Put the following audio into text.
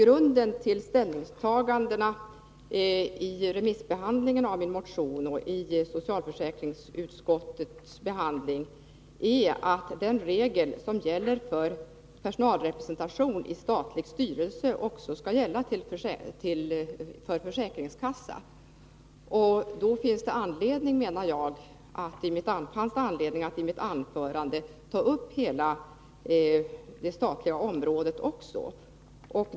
Grunden för ställningstagandena vid remissbehandlingen av min motion och vid socialförsäkringsutskottets behandling är att den regel som gäller för personalrepresentation i statliga styrelser också skall gälla för försäkringskassa. Jag anser att det därför fanns anledning för mig att i mitt anförande ta upp hela det statliga området.